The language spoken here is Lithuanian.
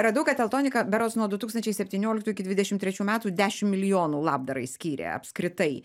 radau kad teltonika berods nuo du tūkstančiai septynioliktų iki dvidešim trečių metų dešim milijonų labdarai skyrė apskritai